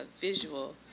visual